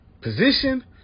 position